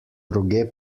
roge